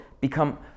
become